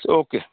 okay